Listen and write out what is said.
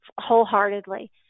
wholeheartedly